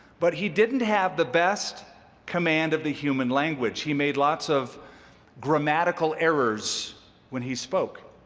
but he didn't have the best command of the human language. he made lots of grammatical errors when he spoke.